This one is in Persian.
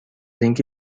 اینکه